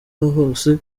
hose